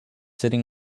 sitting